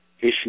issue